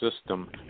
system